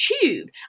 tube